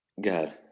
God